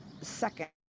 second